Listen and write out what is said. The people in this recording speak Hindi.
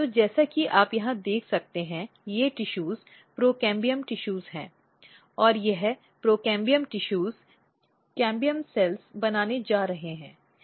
तो जैसा कि आप यहाँ देख सकते हैं कि ये टिशूज प्रोटोम्बियम टिशूज हैं और यह प्रोटोम्बियम टिशूज कैम्बियम सेल्स बनाने जा रहे हैं